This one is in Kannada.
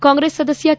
ಕಾಂಗ್ರೆಸ್ ಸದಸ್ತ ಕೆ